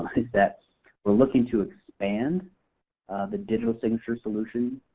is that we're looking to expand the digital signature solution.